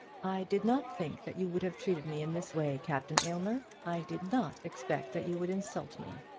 i did not think that you would have treated me in this way, captain aylmer! i did not expect that you would insult me!